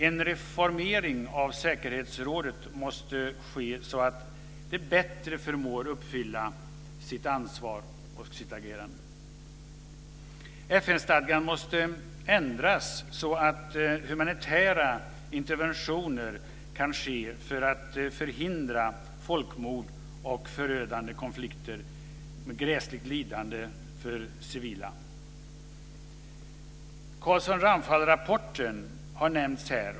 En reformering av säkerhetsrådet måste ske, så att det bättre förmår uppfylla sitt ansvar och sitt agerande. FN-stadgan måste ändras så att humanitära interventioner kan ske för att förhindra folkmord och förödande konflikter med gräsligt lidande för civila. Carlsson-Ramphal-rapporten har nämnts här.